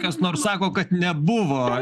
kas nors sako kad nebuvo